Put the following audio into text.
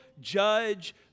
judge